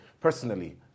personally